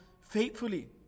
faithfully